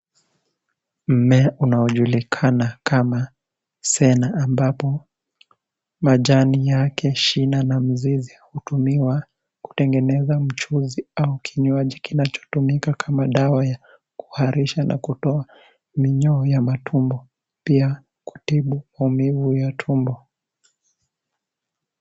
Mmea unaojulikana kama, cenar, ambapo majani yake, shina na mizizi hutumiwa kutengeneza mchuuzi au kinwyaji kinachotumika kama dawa ya kuharisha na kutoa minyoo ya matumbo, pia kutibu maumivu ya tumbo.